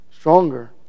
Stronger